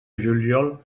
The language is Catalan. juliol